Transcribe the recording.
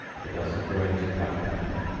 a dozen grains of black pepper,